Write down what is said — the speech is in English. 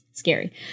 Scary